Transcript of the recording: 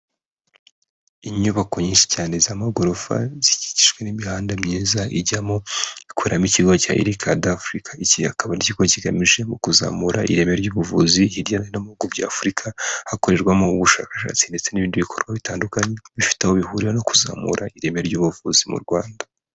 Inyubako nyinshi cyane z'amagorofa zikikijwe n'imihanda myiza ijyamo, ikoreramo ikigo cya Iricadi Africa, iki akaba ari ikigo kigamije mu kuzamura ireme ry'ubuvuzi hirya no hino mu bihugu bya Afurika, hakorerwamo ubushakashatsi ndetse n'ibindi bikorwa bitandukanye bifite aho bihurira no kuzamura ireme ry'ubuvuzi mu Rwanda.